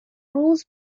روز